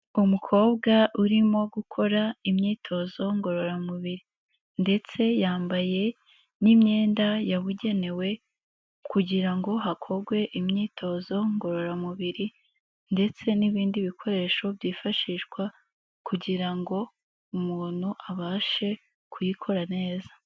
Umukobwa urimo gukora imyitozo ngororamubiri, ndetse yambaye n'imyenda yabugenewe kugira ngo hakorwe imyitozo ngororamubiri, ndetse n'ibindi bikoresho byifashishwa kugira ngo umuntu abashe kuyikora neza.